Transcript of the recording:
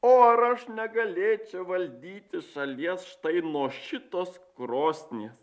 o ar aš negalėčiau valdyti šalies štai nuo šitos krosnies